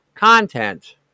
Content